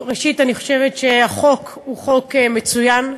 ראשית, אני חושבת שהחוק הוא חוק מצוין.